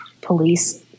police